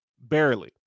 Barely